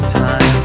time